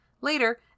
Later